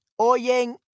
oyen